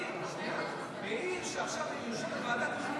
בעיר שעכשיו הם יושבים בוועדת תכנון